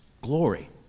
Glory